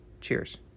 Cheers